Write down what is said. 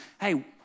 Hey